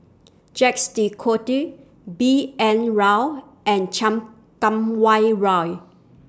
Jacques De Coutre B N Rao and Chan Kum Wah Roy